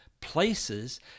places